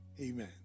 Amen